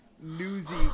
newsy